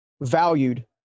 valued